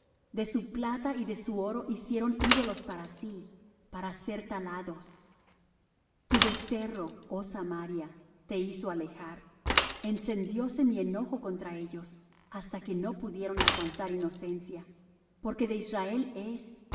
de su plata y de su oro hicieron ídolos para sí para ser talados tu becerro oh samaria te hizo alejar encendióse mi enojo contra ellos hasta que no pudieron alcanzar inocencia porque de israel es